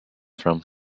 from